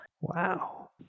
Wow